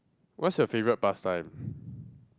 what's your favourite past time